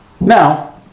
Now